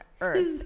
earth